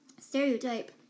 Stereotype